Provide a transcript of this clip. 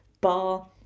bar